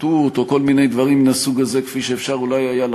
לרב, בדיוק בגלל הסעיף הזה הלכנו